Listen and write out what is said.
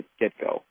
get-go